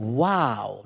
wow